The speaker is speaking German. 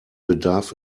bedarf